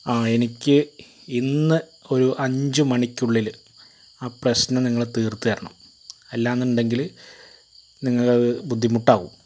ആ എനിക്ക് ഇന്ന് ഒരു അഞ്ചു മണിക്കുള്ളില് ആ പ്രശ്നം നിങ്ങള് തീർത്ത് തരണം അല്ലാന്ന് ഉണ്ടെങ്കിൽ നിങ്ങൾ ബുദ്ധിമുട്ടാവും